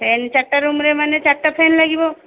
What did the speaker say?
ଫେନ୍ ଚାରିଟା ରୁମ୍ମାନେ ଚାରିଟା ଫେନ୍ ଲାଗିବ